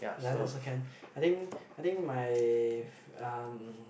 like that also can I think I think my um